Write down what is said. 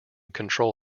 control